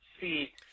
see